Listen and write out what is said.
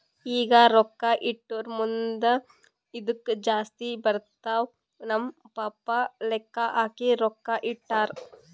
ಈಗ ರೊಕ್ಕಾ ಇಟ್ಟುರ್ ಮುಂದ್ ಇದ್ದುಕ್ ಜಾಸ್ತಿ ಬರ್ತಾವ್ ನಮ್ ಪಪ್ಪಾ ಲೆಕ್ಕಾ ಹಾಕಿ ರೊಕ್ಕಾ ಇಟ್ಟಾರ್